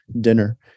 dinner